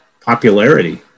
popularity